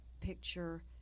picture